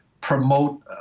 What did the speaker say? promote